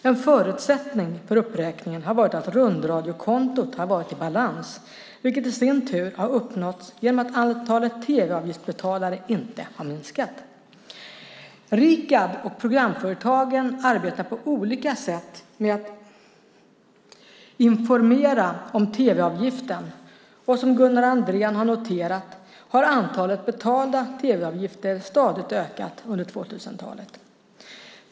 En förutsättning för uppräkningen har varit att rundradiokontot har varit i balans, vilket i sin tur har uppnåtts genom att antalet tv-avgiftsbetalare inte har minskat. Rikab och programföretagen arbetar på olika sätt med att informera om tv-avgiften, och som Gunnar Andrén har noterat har antalet betalda tv-avgifter stadigt ökat under 2000-talet.